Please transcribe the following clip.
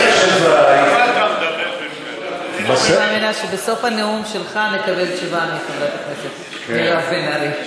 אני מאמינה שבסוף הנאום שלך נקבל תשובה מחברת הכנסת מירב בן ארי.